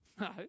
no